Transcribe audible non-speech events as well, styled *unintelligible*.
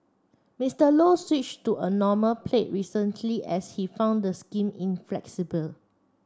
Mister Low switched to a normal plate recently as he found the *unintelligible* inflexible